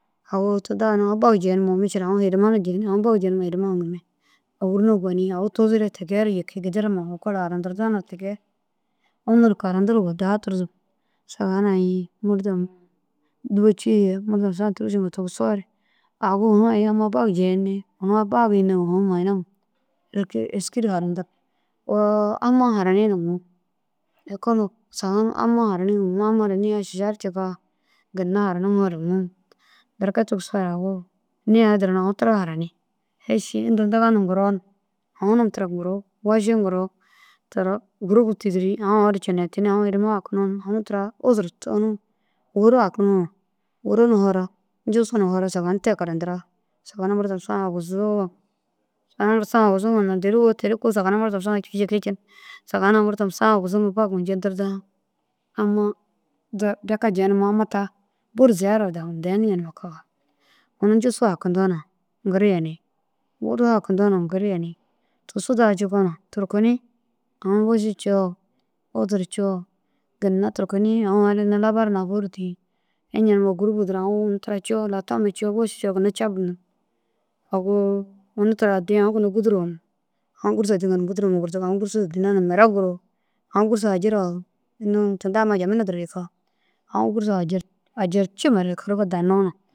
Agu tinda na aũ bag jeyimoo mîšil aũ hirima na jeni aũ bag jenimoo hirime haŋimi ôwuru na goni awu tuzire ntiri jiki gideruma ekol harantirda na ti kee. Unu karantir sahun dûba cûu ye murdom saã tũrusu tigisoo awu unu ai amma bag jeyinti unu ai mayinema ti kee êski ru harayintig. Oo amma harani nuŋu ekolu sahun amma haraniŋa munumêi nuŋu amma ara niiya šiša ru cika ginna haranumoore unu berke tigisoo nii ai duro na aũ tira harani heši inta ntiganu ŋkiroo na aũ num tira woši nkiroo na tara gûrup tîdiri. Aũ aũ cinetinni aũ hirime hakunoo na wuru na hara ncusu na hara sahun te karantira sahun murdom sãa aguzuu ŋa nudêruwo teri kuũ sahun murdom saã cûu ŋa ciki cii ru sahun. Ai murdom saã aguzuu ŋa bagu jentir da amma deki jenima bur ziyada ru dagum deŋa numa kaa amma ncusu hakintoo na ŋkiri yeni wuru hakintoo na ŋkiri yeni tusu daha cikona turkuni aũ woši ciwoo udur ciwoo ginna na turkuni aũ aũ ru unnu labara huna bur dîi. Iña numoo gûrubu duro aũ woši ciwoo ginna cabduntu awu unu tira addi aũ gina ginna ini guduromra aũ gûrsa dîŋa na gûduroma gurtug. Gûrsa dana na mire gurug aũ gûrsa ujara unu tinta jamena duro jika gũrsa ujurci mare kirige danoo na.